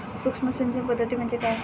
सूक्ष्म सिंचन पद्धती म्हणजे काय?